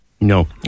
No